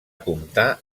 comptar